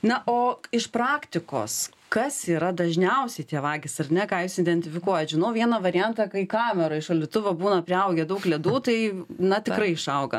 na o iš praktikos kas yra dažniausi tie vagys ar ne ką jūs identifikuojat žinau vieną variantą kai kameroj šaldytuvo būna priaugę daug ledų tai na tikrai išauga